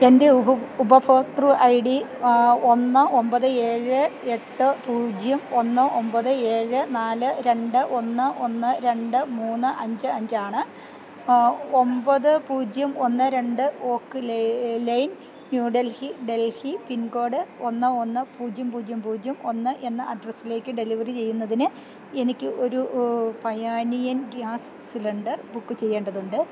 എൻ്റെ ഉപഭോക്തൃ I D ഒന്ന് ഒമ്പത് ഏഴ് എട്ട് പൂജ്യം ഒന്ന് ഒമ്പത് ഏഴ് നാല് രണ്ട് ഒന്ന് ഒന്ന് രണ്ട് മൂന്ന് അഞ്ച് അഞ്ചാണ് ഒമ്പത് പൂജ്യം ഒന്ന് രണ്ട് Oak Lane New Delhi Delhi pincode ഒന്ന് ഒന്ന് പൂജ്യം പൂജ്യം പൂജ്യം ഒന്ന് എന്ന അഡ്രസ്സിലേക്ക് ഡെലിവറി ചെയ്യുന്നതിന് എനിക്ക് ഒരു പയാനിയൻ ഗ്യാസ് സിലിണ്ടർ ബുക്ക് ചെയ്യേണ്ടതുണ്ട്